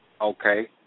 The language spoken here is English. Okay